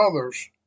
others